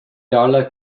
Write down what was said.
darla